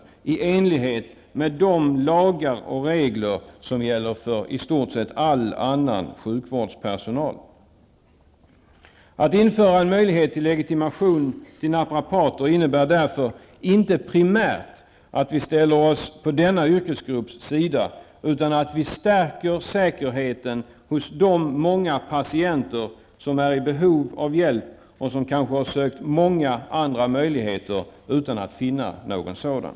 Detta är i enlighet med de lagar och regler som gäller för i stort sett all annan sjukvårdspersonal. Att införa en möjlighet till legitimation för naprapater innebär därför inte primärt att vi ställer oss på denna yrkesgrupps sida, utan att vi stärker säkerheten hos de många patienter som är i behov av hjälp och som kanske har sökt många andra möjligheter utan att finna någon sådan.